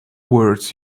words